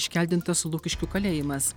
iškeldintas lukiškių kalėjimas